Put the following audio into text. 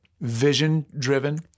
vision-driven